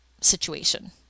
situation